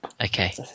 Okay